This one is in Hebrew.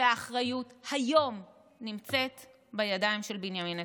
והאחריות היום נמצאת בידיים של בנימין נתניהו.